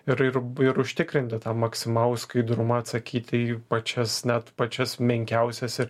ir ir ir užtikrinti tą maksimalų skaidrumą atsakyti į pačias net pačias menkiausias ir